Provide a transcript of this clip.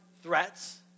threats